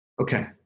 Okay